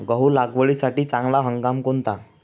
गहू लागवडीसाठी चांगला हंगाम कोणता?